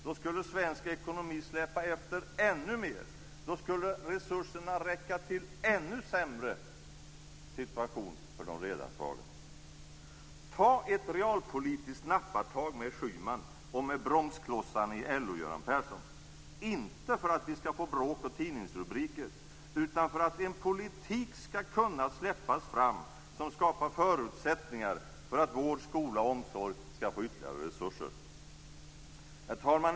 Då skulle svensk ekonomi släpa efter ännu mer. Då skulle resurserna räcka till ännu sämre för de redan svaga. Ta ett realpolitiskt nappatag med Schyman och med bromsklossarna i LO, Göran Persson, inte för att vi skall få bråk och tidningsrubriker utan för att en politik skall kunna släppas fram som skapar förutsättningar för att vård, skola och omsorg skall få ytterligare resurser. Herr talman!